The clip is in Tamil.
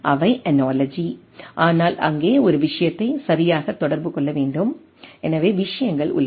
அவை அனாலஜி ஆனால் அங்கே ஒரு விஷயத்தை சரியாக தொடர்பு கொள்ள வேண்டும் எனவே விஷயங்கள் உள்ளன